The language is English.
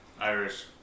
irish